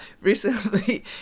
recently